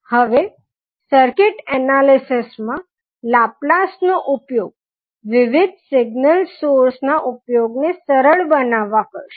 હવે સર્કિટ એનાલિસીસમાં લાપ્લાસ નો ઉપયોગ વિવિધ સિગ્નલ સોર્સ નાં ઉપયોગ ને સરળ બનાવવા કરશું